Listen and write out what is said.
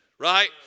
Right